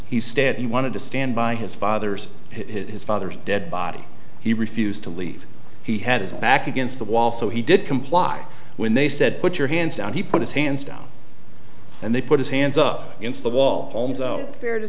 stared he wanted to stand by his father's hit his father's dead body he refused to leave he had his back against the wall so he did comply when they said put your hands down he put his hands down and they put his hands up against the wall palms out fair to